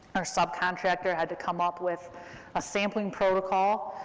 our subcontractor had to come up with a sampling protocol